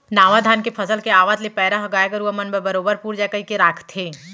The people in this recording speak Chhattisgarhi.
नावा धान के फसल के आवत ले पैरा ह गाय गरूवा मन बर बरोबर पुर जाय कइके राखथें